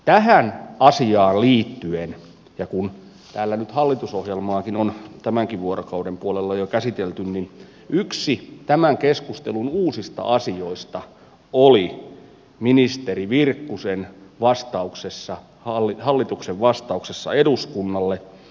tähän asiaan liittyen ja kun täällä nyt hallitusohjelmaakin on tämänkin vuorokauden puolella jo käsitelty yksi tämän keskustelun uusista asioista oli ministeri virkkusen vastauksessa hallituksen vastauksessa eduskunnalle